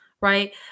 right